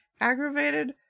aggravated